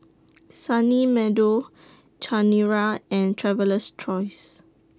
Sunny Meadow Chanira and Traveler's Choice